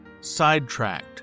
sidetracked